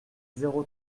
zéro